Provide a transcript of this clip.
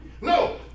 No